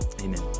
amen